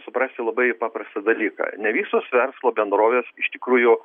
suprasti labai paprastą dalyką ne visos verslo bendrovės iš tikrųjų